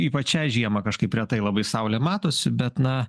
ypač šią žiemą kažkaip retai labai saulė matosi bet na